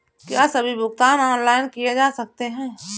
क्या सभी भुगतान ऑनलाइन किए जा सकते हैं?